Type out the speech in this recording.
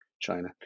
china